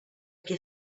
aquí